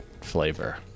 flavor